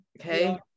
okay